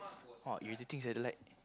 !wah! irritating sia the light